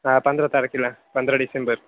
हां पंधरा तारखेला पंधरा डिसेंबर